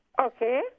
Okay